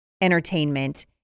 entertainment